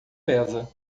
pesa